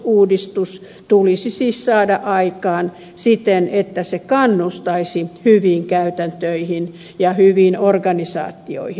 valtionosuusuudistus tulisi siis saada aikaan siten että se kannustaisi hyviin käytäntöihin ja hyviin organisaatioihin